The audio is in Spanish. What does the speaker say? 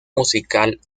musical